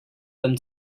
them